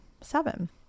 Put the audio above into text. Seven